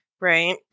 Right